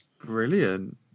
Brilliant